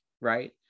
right